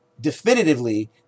definitively